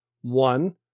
One